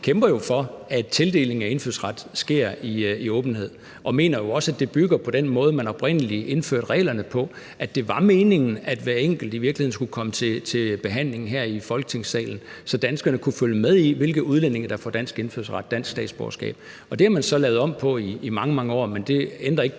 kæmper for, at tildelingen af indfødsret sker i åbenhed, og mener jo også, at det bygger på den måde, man oprindelig indførte reglerne på. Det var meningen, at hver enkelt i virkeligheden skulle komme til behandling her i Folketingssalen, så danskerne kunne følge med i, hvilke udlændinge der får dansk indfødsret, dansk statsborgerskab, og det har man så lavet om på i mange, mange år. Men det ændrer ikke